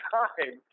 time